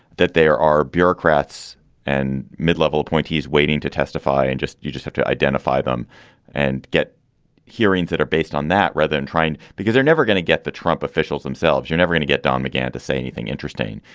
that there are bureaucrats and mid-level appointees waiting to testify. and just you just have to identify them and get hearings that are based on that rather than trying to, because they're never going to get the trump officials themselves. you're never going to get don mcgann to say anything interesting.